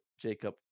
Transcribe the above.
Jacob